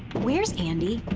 where's andi?